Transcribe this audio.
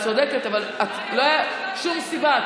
את צודקת, אבל לא הייתה שום סיבה.